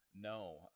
No